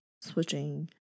switching